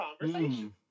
conversation